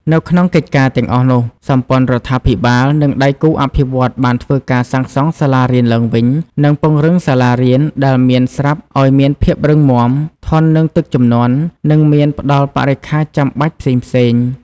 នៅក្នុងកិច្ចការទាំងអស់នោះ សម្ព័ន្ធរដ្ឋាភិបាល និងដៃគូអភិវឌ្ឍន៍បានធ្វើការសាងសង់សាលារៀនឡើងវិញ និងពង្រឹងសាលារៀនដែលមានស្រាប់ឱ្យមានភាពរឹងមាំ ធន់នឹងទឹកជំនន់ និងមានផ្តល់បរិក្ខារចាំបាច់ផ្សេងៗ។